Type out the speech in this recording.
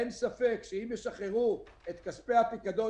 אין ספק שאם ישחררו את כספי הפיקדון